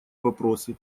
вопросы